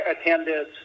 attended